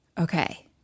Okay